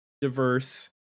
diverse